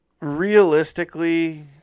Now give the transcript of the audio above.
Realistically